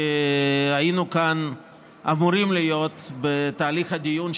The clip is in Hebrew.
היינו אמורים להיות כאן בתהליך הדיון על